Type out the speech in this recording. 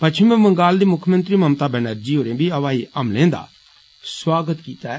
पच्छमी बंगाल दी मुक्खमंत्री ममता बैनर्जी होरें बी हवाई हमले दा सुआगत कीता ऐ